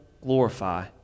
glorify